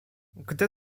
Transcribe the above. gdy